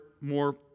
more